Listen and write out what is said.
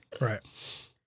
Right